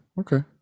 Okay